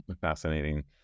fascinating